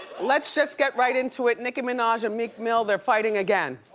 let's just get right into it. nicki minaj and meek mill, they're fighting again.